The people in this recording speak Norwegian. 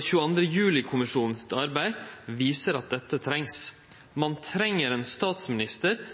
22. juli-kommisjonens arbeid viser at dette trengs. Man trenger en statsminister